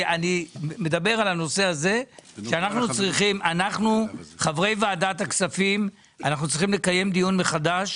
אני מדבר על הנושא הזה שאנחנו חברי ועדת הכספים צריכים לקיים דיון מחדש